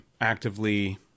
actively